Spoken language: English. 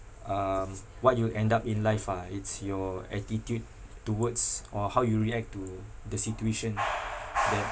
um what you'll end up in life ah it's your attitude towards or how you react to the situation that